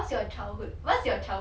!wah! bonding ah